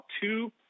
two